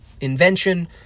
invention